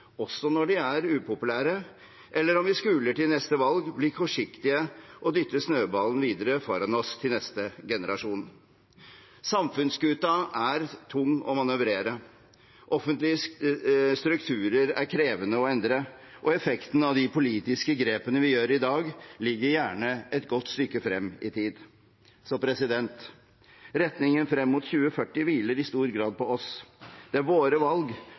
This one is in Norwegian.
også når de er upopulære – eller om vi skuler til neste valg, blir kortsiktige og dytter snøballen videre foran oss til neste generasjon. Samfunnsskuta er tung å manøvrere. Offentlige strukturer er krevende å endre, og effekten av de politiske grepene vi gjør i dag, ligger gjerne et godt stykke frem i tid. Så retningen frem mot 2040 hviler i stor grad på oss. Det er våre valg,